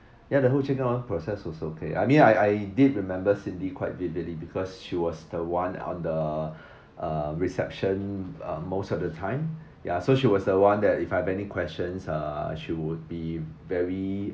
ya the whole check in on process was okay I mean I I did remember cindy quite vividly because she was the one on the uh reception uh most of the time ya so she was the one that if I have any questions uh she would be very